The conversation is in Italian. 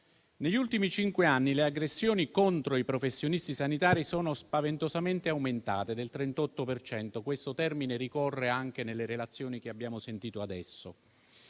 Negli ultimi cinque anni, le aggressioni contro i professionisti sanitari sono spaventosamente aumentate del 38 per cento - questo dato ricorre anche nelle relazioni che abbiamo ascoltato adesso